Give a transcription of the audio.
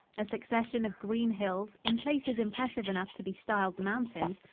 a succession of green hills, in places impressive enough to be styled mountains,